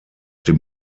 dem